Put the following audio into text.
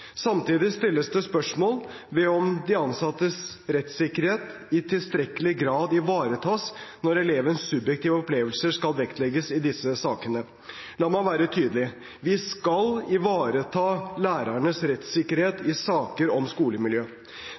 Samtidig stilles det spørsmål ved om de ansattes rettssikkerhet i tilstrekkelig grad ivaretas når elevens subjektive opplevelse skal vektlegges i disse sakene. La meg være tydelig: Vi skal ivareta lærernes rettssikkerhet i saker om skolemiljø.